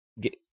Get